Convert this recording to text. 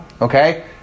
Okay